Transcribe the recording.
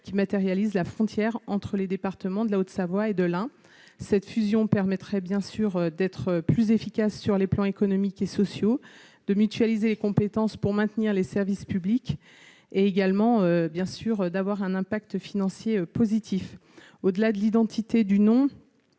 qui matérialise la frontière entre les départements de la Haute-Savoie et de l'Ain, cette fusion permettrait bien sûr d'être plus efficace sur les plans économiques et sociaux de mutualiser les compétences pour maintenir les services publics également bien sûr d'avoir un impact financier positif au-delà de l'identité du nom,